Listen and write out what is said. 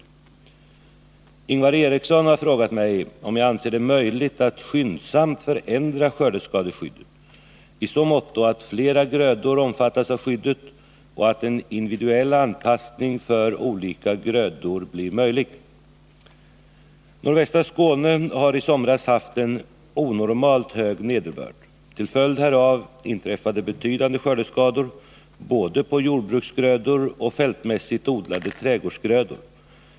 Ingvar Eriksson har frågat mig om jag anser det möjligt att skyndsamt förändra skördeskadeskyddet i så måtto att flera grödor omfattas av skyddet och att en individuell anpassning för olika grödor blir möjlig. Nordvästra Skåne hade i somras en onormalt hög nederbörd. Till följd Nr 19 härav inträffade betydande skördeskador på både jordbruksgrödor och fältmässigt odlade trädgårdsgrödor.